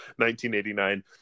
1989